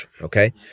okay